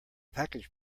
package